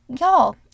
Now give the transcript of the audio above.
y'all